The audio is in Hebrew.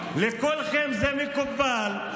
על כולכם זה מקובל.